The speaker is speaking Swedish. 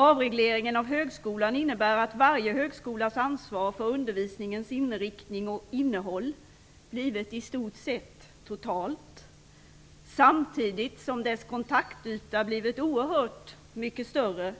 Avregleringen av högskolan innebär att varje högskolas ansvar för undervisningens inriktning och innehåll blivit i stort sett totalt, samtidigt som dess kontaktyta blivit oerhört mycket större